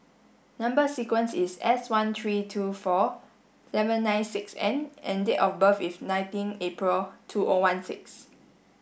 number sequence is S one three two four seven nine six N and date of birth is nineteen April two O one six